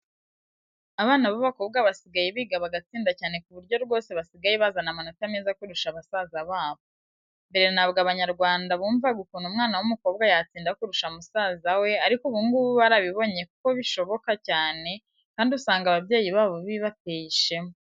Abana b'abakobwa basigaye biga bagatsinda cyane ku buryo rwose basigaye bazana amanota meza kurusha basaza babo. Mbere ntabwo Abanyarwanda bumvaga ukuntu umwana w'umukobwa yatsinda kurusha musaza we ariko ubu ngubu barabibonye ko bishoboka cyane kandi usanga ababyeyi babo bibateye ishema.